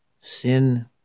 Sin